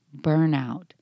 burnout